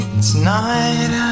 tonight